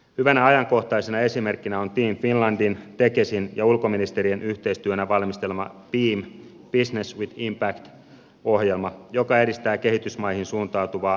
hyvänä ajankohtaisena esimerkkinä on team finlandin tekesin ja ulkoministeriön yhteistyönä valmistelema beam business with impact ohjelma joka edistää kehitysmaihin suuntautuvaa innovaatio ja liiketoimintaa